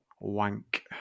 wank